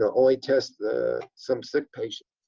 only test the some sick patient.